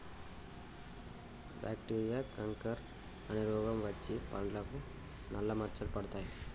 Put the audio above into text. bacteria canker అనే రోగం వచ్చి పండ్లకు నల్ల మచ్చలు పడతాయి